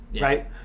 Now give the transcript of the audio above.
Right